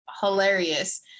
hilarious